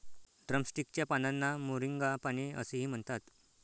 drumstick च्या पानांना moringa पाने असेही म्हणतात